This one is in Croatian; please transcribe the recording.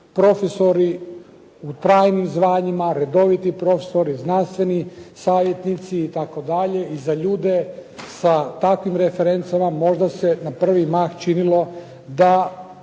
profesori u trajnim zvanjima, redoviti profesori, znanstveni savjetnici itd. i za ljude sa takvim referencama možda se na prvi mah činilo da